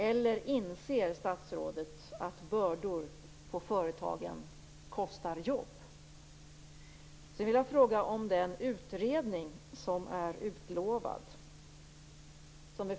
Eller inser statsrådet att bördor på företagen kostar jobb? Sedan vill jag fråga om den utredning som är utlovad.